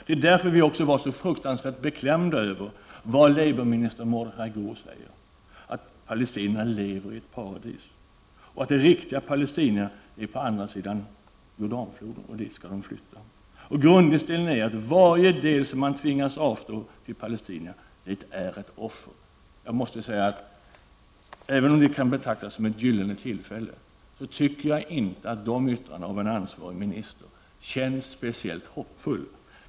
Det var mot den bakgrunden som vi var så fruktansvärt beklämda över det som Labourministern Mordechai Gur sade, nämligen att palestinierna lever i ett paradis, att det riktiga Palestina finns på andra sidan Jordanfloden och att det är dit som de skall flytta. Grundinställningen är att varje del som man tvingas avstå till palestinierna är ett offer. Även om det här kan betraktas som ett gyllene tillfälle tycker jag inte att ett sådant uttalande från en ansvarig minister upplevs speciellt hoppfullt.